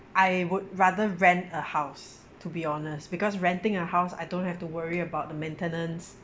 I would rather rent a house to be honest because renting a house I don't have to worry about the maintenance